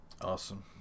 Awesome